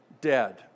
dead